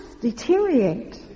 deteriorate